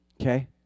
Okay